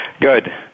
Good